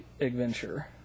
adventure